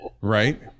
right